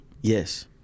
Yes